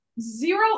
zero